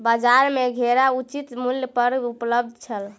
बजार में घेरा उचित मूल्य पर उपलब्ध छल